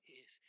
Yes